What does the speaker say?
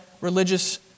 religious